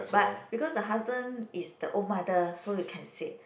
but because the husband is the own brother so you can said